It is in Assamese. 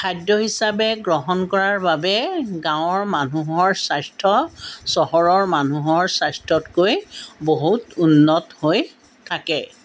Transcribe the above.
খাদ্যহিচাপে গ্ৰহণ কৰাৰ বাবে গাঁৱৰ মানুহৰ স্বাস্থ্য চহৰৰ মানুহৰ স্বাস্থ্যতকৈ বহুত উন্নত হৈ থাকে